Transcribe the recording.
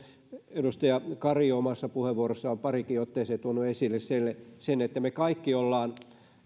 edustaja kari jo omassa puheenvuorossaan on pariinkin otteeseen tuonut esille että me kaikki olemme